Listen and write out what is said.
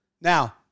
now